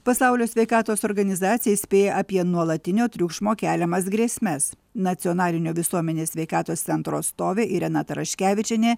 pasaulio sveikatos organizacija įspėja apie nuolatinio triukšmo keliamas grėsmes nacionalinio visuomenės sveikatos centro atstovė irena taraškevičienė